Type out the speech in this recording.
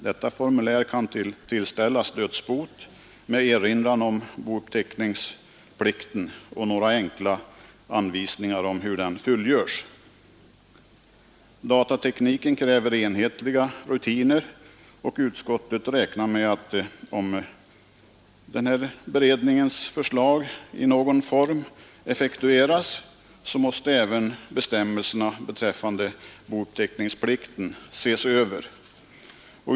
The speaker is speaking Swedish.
Detta formulär kan tillställas dödsboet med en erinran om bouppteckningsplikten och några enkla anvisningar om hur den fullgöres. Datatekniken kräver enhetliga rutiner, och utskottet räknar med att om beredningens förslag effektueras måste även bestämmelserna beträffande bouppteckningsplikten ses över.